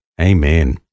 Amen